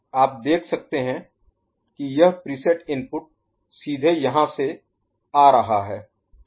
आप देख सकते हैं कि यह प्रीसेट इनपुट सीधे यहां जा रहा है